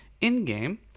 in-game